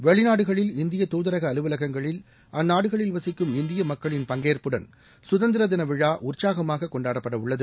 வெளிநாடுகளில் இந்திய தூதரக அலுவலகங்களில் அந்நாடுகளில் வசிக்கும் இந்திய மக்களின் பங்கேற்புடன் சுதந்திரதின விழா உற்சாகமாக கொண்டாடப்பட உள்ளது